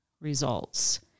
results